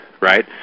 right